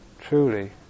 truly